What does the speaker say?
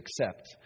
accept